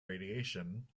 radiation